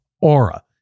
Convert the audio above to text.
Aura